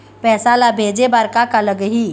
पैसा ला भेजे बार का का लगही?